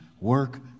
work